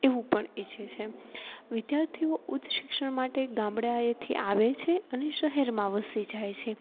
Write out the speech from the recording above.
એવું પણ ઈચ્છે છે વિદ્યાર્થીઓ ઊચ્ચ શિક્ષણ માટે ગામડાએથી આવે છે અને શહેરમાં વસી જાય છે